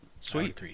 Sweet